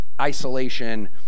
isolation